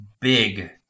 big